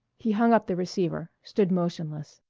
he hung up the receiver stood motionless.